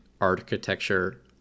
architecture